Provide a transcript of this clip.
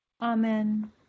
amen